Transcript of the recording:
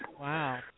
Wow